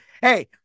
hey